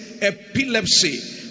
Epilepsy